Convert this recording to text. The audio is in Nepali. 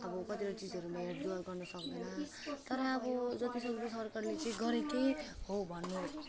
अब कतिवटा चिजहरू गर्नु सक्दिनँ तर अब जति सक्दो सरकारले चाहिँ गरेकै हो भन्नु